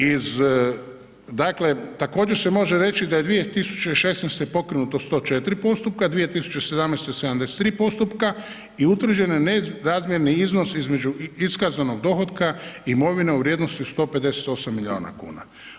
Iz dakle, također se može reći da je 2016. pokrenuto 104 postupka, 2017. 73 postupka i utvrđena je nesrazmjerni iznos između iskazanog dohotka i imovine u vrijednosti od 158 milijuna kuna.